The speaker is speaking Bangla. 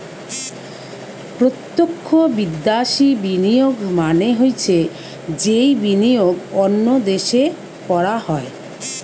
প্রত্যক্ষ বিদ্যাশি বিনিয়োগ মানে হৈছে যেই বিনিয়োগ অন্য দেশে করা হয়